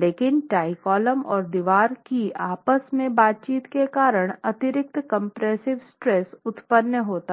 लेकिन tie column और दीवार की आपस में बातचीत के कारण अतिरिक्त कंप्रेसिव स्ट्रेस उत्पन्न होता है